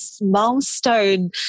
milestone